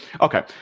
okay